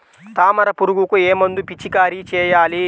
తామర పురుగుకు ఏ మందు పిచికారీ చేయాలి?